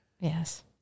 Yes